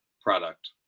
product